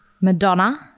Madonna